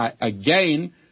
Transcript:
again